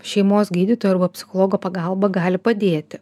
šeimos gydytojo arba psichologo pagalba gali padėti